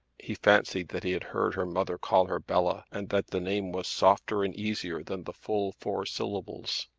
he fancied that he had heard her mother call her bella, and that the name was softer and easier than the full four syllables.